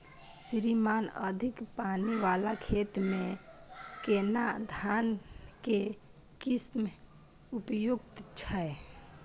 श्रीमान अधिक पानी वाला खेत में केना धान के किस्म उपयुक्त छैय?